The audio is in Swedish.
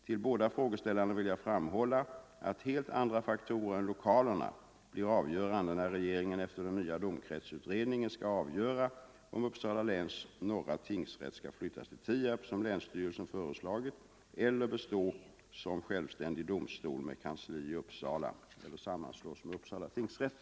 Till båda frågeställarna vill jag framhålla att helt andra faktorer än lokalerna blir avgörande när 27 regeringen efter den nya domkretsutredningen skall avgöra om Uppsala läns norra tingsrätt skall flyttas till Tierp, som länsstyrelsen föreslagit, eller bestå som självständig domstol med kansli i Uppsala eller sammanslås med Uppsala tingsrätt.